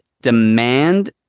demand